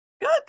good